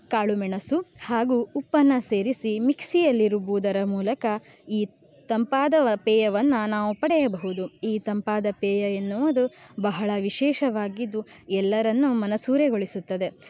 ಕಾಳುಮೆಣಸು ಹಾಗೂ ಉಪ್ಪನ್ನು ಸೇರಿಸಿ ಮಿಕ್ಸಿಯಲ್ಲಿ ರುಬ್ಬುವುದರ ಮೂಲಕ ಈ ತಂಪಾದ ಪೇಯವನ್ನು ನಾವು ಪಡೆಯಬಹುದು ಈ ತಂಪಾದ ಪೇಯ ಎನ್ನುವುದು ಬಹಳ ವಿಶೇಷವಾಗಿದ್ದು ಎಲ್ಲರನ್ನೂ ಮನಸೂರೆಗೊಳಿಸುತ್ತದೆ